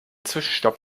zwischenstopp